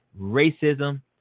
racism